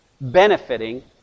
benefiting